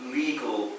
legal